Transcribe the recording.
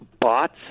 bots